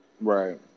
Right